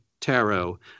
tarot